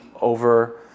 over